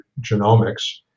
Genomics